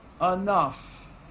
enough